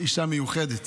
אישה מיוחדת.